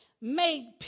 made